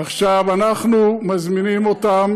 עכשיו, אנחנו מזמינים אותם